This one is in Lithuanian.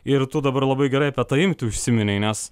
ir tu dabar labai gerai apie tą imtį užsiminei nes